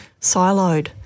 siloed